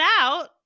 out